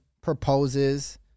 proposes